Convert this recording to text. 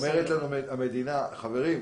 אומרת לנו המדינה: חברים,